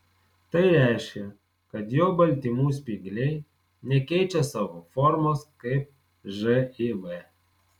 tai reiškia kad jo baltymų spygliai nekeičia savo formos kaip živ